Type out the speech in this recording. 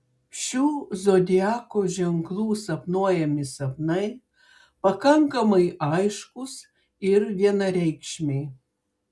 šių zodiako ženklų sapnuojami sapnai pakankamai aiškūs ir vienareikšmiai